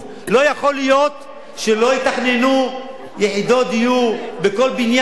לא יכול להיות שלא יתכננו יחידות דיור בכל בניין,